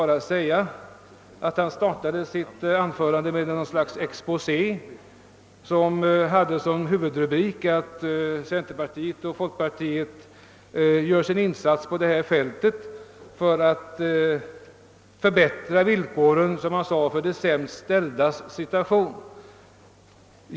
endast säga att han startade sitt anförande med ett slags exposé som hade som huvudrubrik att centerpartiet och folkpartiet gör sin insats på detta fält för att förbättra villkoren för de sämst ställda.